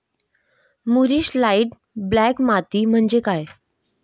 मूरिश light black माती म्हणजे काय?